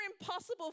impossible